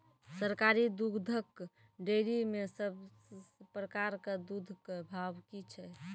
सरकारी दुग्धक डेयरी मे सब प्रकारक दूधक भाव की छै?